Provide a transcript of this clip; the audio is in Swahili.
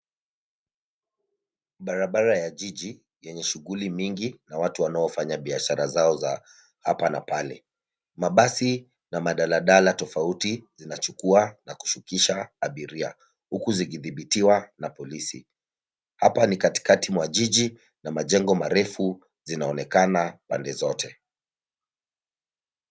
Barabara ya jiji yenye shughuli mingi na watu wanaofanya biashara zao za hapa na pale. Mabasi na madaladala tofauti zinachukua na kushukisha abiria huku zikidhibitiwa na polisi. Hapa ni katikati mwa jiji na majengo marefu zinaonekana pande zote.